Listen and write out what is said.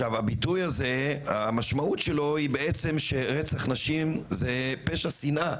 הביטוי הזה המשמעות שלו היא בעצם שרצח נשים זה פשע שנאה.